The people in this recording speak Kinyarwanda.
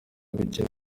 gukina